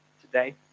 today